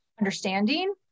understanding